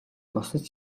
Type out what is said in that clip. бусад